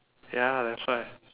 ya that's why